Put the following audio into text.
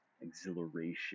exhilaration